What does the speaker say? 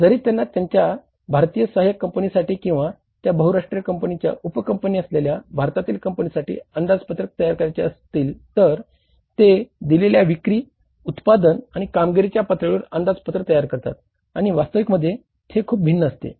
जरी त्यांना त्यांच्या भारतीय सहाय्यक कंपनीसाठी किंवा त्या बहुराष्ट्रीय कंपनीची उपकंपनी असलेल्या भारतातील कंपनीसाठी अंदाजपत्रक तयार करायचे असतील तर ते दिलेल्या विक्री उत्पादन आणि कामगिरीच्या पातळीवर अंदाजपत्रक तयार करतात आणि वास्तविकतेमध्ये ते खूप भिन्न असते